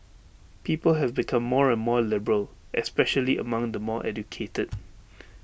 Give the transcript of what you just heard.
people have become more and more liberal especially among the more educated